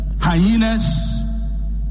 hyenas